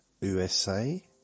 USA